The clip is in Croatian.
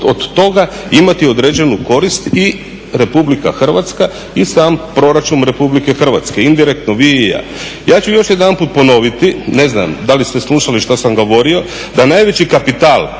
od toga imati određenu korist i Republika Hrvatska i sam proračun Republike Hrvatske, indirektno vi i ja. Ja ću još jedanput ponoviti, ne znam da li ste slušali što sam govorio, da najveći kapital